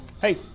Hey